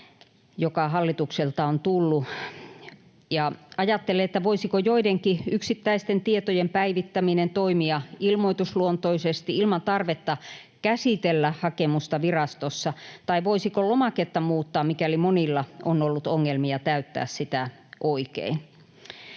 joka hallitukselta on tullut. Ja ajattelen, voisiko joidenkin yksittäisten tietojen päivittäminen toimia ilmoitusluontoisesti ilman tarvetta käsitellä hakemusta virastossa tai voisiko lomaketta muuttaa, mikäli monilla on ollut ongelmia täyttää sitä oikein.